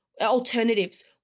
alternatives